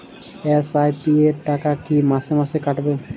SIP র টাকা কী মাসে মাসে কাটবে?